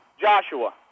Joshua